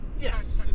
Yes